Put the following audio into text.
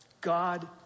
God